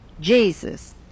Jesus